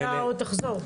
תדאג, אתה עוד תחזור.